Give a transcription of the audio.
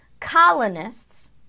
Colonists